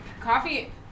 coffee